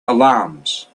alarms